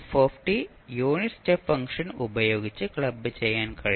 f unit step function ഉപയോഗിച്ച് club ചെയ്യാൻ കഴിയും